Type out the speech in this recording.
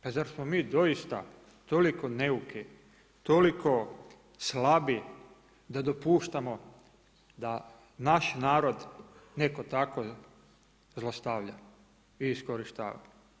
Pa zar smo mi doista toliko neuki, toliko slabi da dopuštamo da naš narod netko tako zlostavlja i iskorištava.